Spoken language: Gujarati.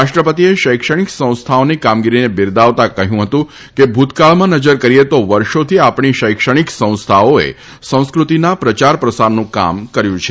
રાષ્ટ્રપતિએ શૈક્ષણિક સંસ્થાઓની કામગીરીને બીરદાવતા કહ્યું હતું કે ભુતકાળમાં નજર કરીએ તો વર્ષોથી આપણી શૈક્ષણિક સંસ્થાઓએ સંસ્કૃતિના પ્રચાર પ્રસારનું કામ કરતી આવી છે